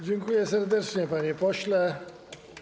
Dziękuję serdecznie, panie pośle.